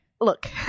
look